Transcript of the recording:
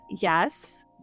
Yes